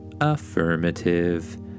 affirmative